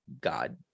God